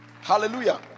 Hallelujah